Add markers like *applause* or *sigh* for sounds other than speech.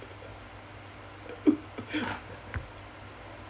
*laughs*